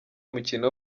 umukino